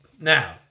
now